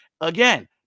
Again